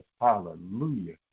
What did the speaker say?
hallelujah